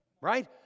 Right